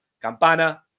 Campana